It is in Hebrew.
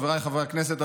חבריי חברי הכנסת,